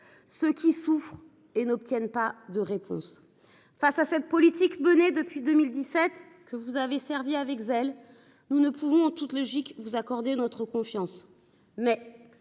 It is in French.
: ils souffrent et n’obtiennent pas de réponse. En raison de la politique menée depuis 2017, que vous avez servie avec zèle, nous ne pouvons, en toute logique, vous accorder notre confiance.